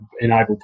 enable